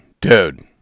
dude